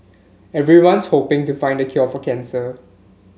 everyone's hoping to find the cure for cancer